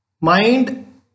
mind